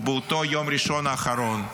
באותו יום ראשון האחרון,